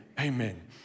Amen